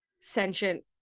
sentient